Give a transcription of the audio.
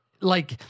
like-